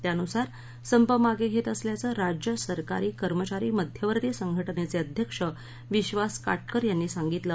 त्यानुसार संप मागवित असल्याचविज्य सरकारी कर्मचारी मध्यवर्ती संघटनद्वाञध्यक्ष विश्वास काटकर यांनी सांगितलं